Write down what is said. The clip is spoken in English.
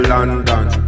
London